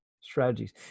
strategies